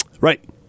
Right